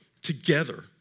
Together